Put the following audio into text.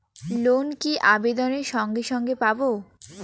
Loan কি আবেদনের সঙ্গে সঙ্গে পাব?